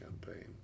campaign